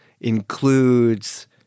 includes